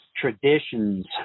traditions